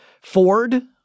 Ford